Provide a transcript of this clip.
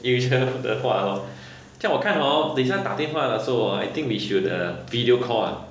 usual 的话 loh 这样子 hor 我看等一下打电话的时候 hor I think we should uh video card ah